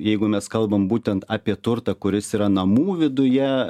jeigu mes kalbam būtent apie turtą kuris yra namų viduje